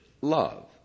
Love